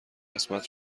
قسمت